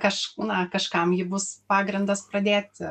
kaž na kažkam ji bus pagrindas pradėti